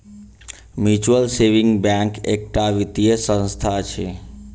mutual saving bank एकटा वित्तीय संस्था अछि